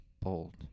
Bold